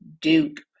Duke